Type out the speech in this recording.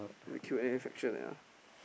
the Q and A section ya